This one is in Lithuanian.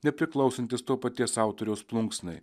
nepriklausantis to paties autoriaus plunksnai